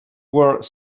were